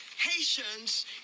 Haitians